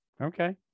Okay